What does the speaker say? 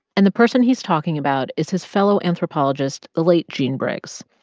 and the person he's talking about is his fellow anthropologist, the late jean briggs.